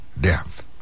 death